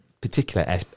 particular